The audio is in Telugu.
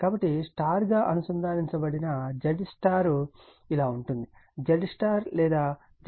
కాబట్టి Y గా అనుసందానించబడిన ZY ఇలా ఉంటుంది Z స్టార్ లేదా ZY 40 j 25 47